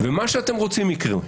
ומה שאתם רוצים, יקרה,